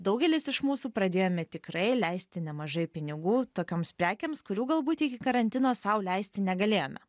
daugelis iš mūsų pradėjome tikrai leisti nemažai pinigų tokioms prekėms kurių galbūt iki karantino sau leisti negalėjome